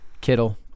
Kittle